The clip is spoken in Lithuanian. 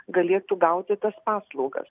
galėtų gauti tas paslaugas